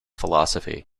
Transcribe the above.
philosophy